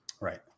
Right